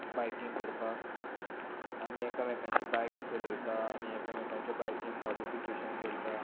biking करपाक आमी एकामेकांचे बायक्स चलयतात आनी एकामेकांचे बायकींग मोडीफिकेशन करतात